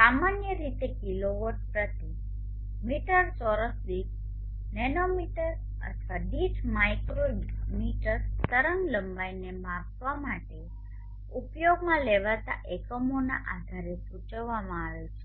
સામાન્ય રીતે કિલોવોટ પ્રતિ મીટર ચોરસ દીઠ નેનોમીટર અથવા દીઠ માઇક્રોમીટર તરંગલંબાઈને માપવા માટે ઉપયોગમાં લેવાતા એકમોના આધારે સૂચવવામાં આવે છે